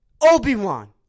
Obi-Wan